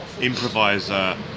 improviser